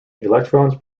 electrons